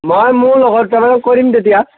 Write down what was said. মই মোৰ লগৰ দুটামানক কৈ দিম তেতিয়া